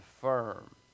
firm